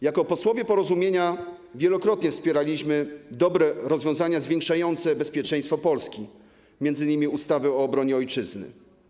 Jako posłowie Porozumienia wielokrotnie wspieraliśmy dobre rozwiązania zwiększające bezpieczeństwo Polski, m.in. ustawę o obronie ojczyzny.